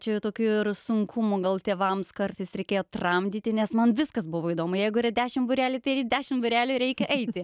čia tokių ir sunkumų gal tėvams kartais reikėjo tramdyti nes man viskas buvo įdomu jeigu yra dešim būrelių tai ir į dešim būrelių reikia eiti